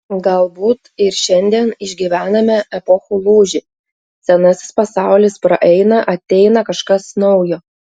galbūt ir šiandien išgyvename epochų lūžį senasis pasaulis praeina ateina kažkas naujo